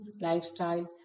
lifestyle